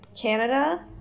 Canada